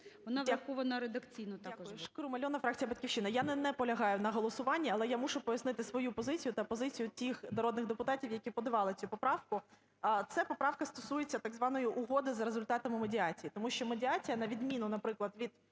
Вона врахована редакційно також була. 13:50:52 ШКРУМ А.І. Дякую. ШкрумАльона, фракція "Батьківщина". Я не наполягаю на голосуванні, але я мушу пояснити свою позицію та позицію тих народних депутатів, які подавали цю поправку. Це поправка стосується так званої угоди за результатами медіації. Тому що медіація, на відміну, наприклад, від